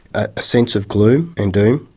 a sense of gloom and doom.